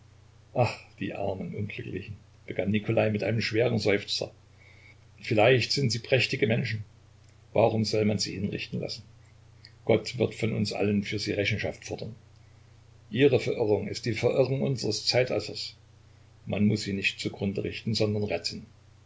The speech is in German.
ach die armen unglücklichen begann nikolai mit einem schweren seufzer vielleicht sind sie prächtige menschen warum soll man sie hinrichten lassen gott wird von uns allen für sie rechenschaft fordern ihre verirrung ist die verirrung unseres zeitalters man muß sie nicht zugrunde richten sondern